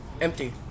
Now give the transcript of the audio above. empty